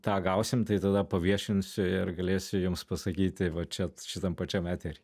tą gausim tai tada paviešinsiu ir galėsiu jums pasakyti va čia šitam pačiam etery